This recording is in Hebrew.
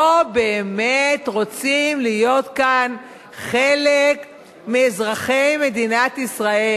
אתם לא באמת רוצים להיות כאן חלק מאזרחי מדינת ישראל.